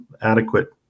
adequate